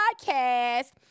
podcast